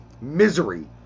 Misery